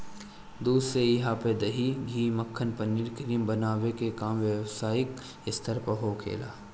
दूध से इहा पे दही, घी, मक्खन, पनीर, क्रीम बनावे के काम व्यवसायिक स्तर पे होखेला